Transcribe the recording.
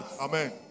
Amen